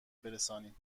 برسانیم